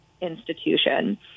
institution